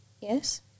Yes